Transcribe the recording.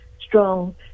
strong